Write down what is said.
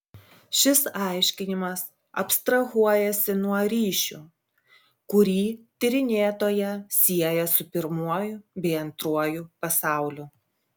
šis aiškinimas abstrahuojasi nuo ryšių kurį tyrinėtoją sieja su pirmuoju bei antruoju pasauliu